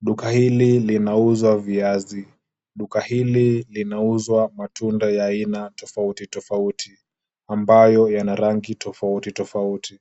Duka hili linauza viazi. Duka hili linauza matunda ya aina tofauti tofauti ambayo yana rangi tofauti tofauti.